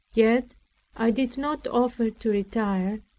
yet i did not offer to retire,